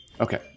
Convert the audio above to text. Okay